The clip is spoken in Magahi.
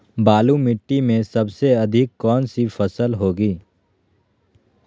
बालू मिट्टी में सबसे अधिक कौन सी फसल होगी?